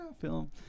film